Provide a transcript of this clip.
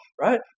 right